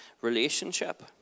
relationship